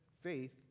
faith